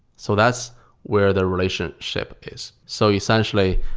so that's where the relationship is. so essentially,